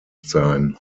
sein